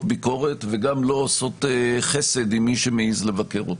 ביקורת וגם לא עושות חסד עם מי שמעז לבקר אותן,